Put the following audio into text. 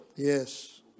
Yes